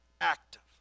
active